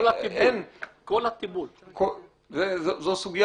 עבד אל חכים